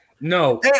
No